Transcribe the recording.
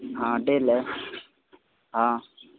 हाँ डेल है हाँ